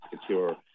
secure